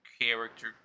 character